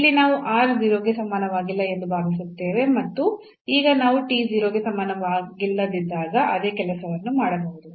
ಇಲ್ಲಿ ನಾವು r 0 ಕ್ಕೆ ಸಮಾನವಾಗಿಲ್ಲ ಎಂದು ಭಾವಿಸುತ್ತೇವೆ ಮತ್ತು ಈಗ ನಾವು t 0 ಗೆ ಸಮಾನವಾಗಿಲ್ಲದಿದ್ದಾಗ ಅದೇ ಕೆಲಸವನ್ನು ಮಾಡಬಹುದು